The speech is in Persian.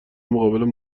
مقابل